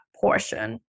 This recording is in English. portion